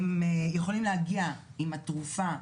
הם יכולים להגיע עם התרופה,